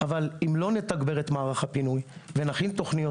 אבל אם לא נתגבר את מערך הפינוי ונכין תוכניות